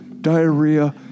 diarrhea